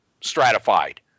stratified